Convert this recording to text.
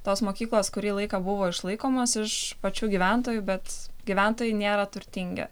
tos mokyklos kurį laiką buvo išlaikomos iš pačių gyventojų bet gyventojai nėra turtingi